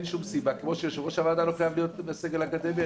כמו שיושב-ראש הוועדה לא חייב להיות בסגל האקדמי,